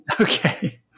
Okay